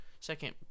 Second